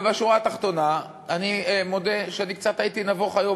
ובשורה התחתונה, אני מודה שהייתי קצת נבוך היום.